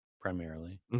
primarily